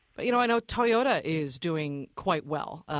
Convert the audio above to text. but you know, i know toyota is doing quite well,